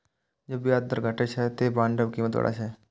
जब ब्याज दर घटै छै, ते बांडक कीमत बढ़ै छै